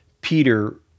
Peter